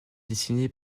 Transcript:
dessinée